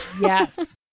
yes